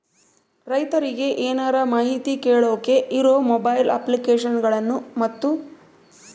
ರೈತರಿಗೆ ಏನರ ಮಾಹಿತಿ ಕೇಳೋಕೆ ಇರೋ ಮೊಬೈಲ್ ಅಪ್ಲಿಕೇಶನ್ ಗಳನ್ನು ಮತ್ತು?